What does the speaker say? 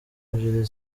ebyiri